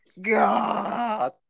God